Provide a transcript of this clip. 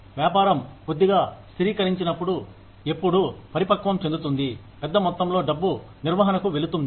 వ్యాపారం కొద్దిగా స్థిరికరించినప్పుడు ఎప్పుడు పరిపక్వం చెందుతుంది పెద్ద మొత్తంలో డబ్బు నిర్వహణకు వెళుతుంది